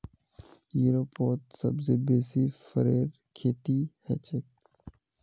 यूरोपत सबसे बेसी फरेर खेती हछेक